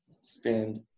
spend